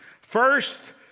First